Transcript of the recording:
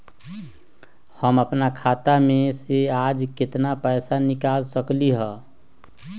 हम अपन खाता में से आज केतना पैसा निकाल सकलि ह?